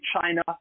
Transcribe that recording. China